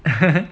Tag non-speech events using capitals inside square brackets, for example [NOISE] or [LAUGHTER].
[LAUGHS]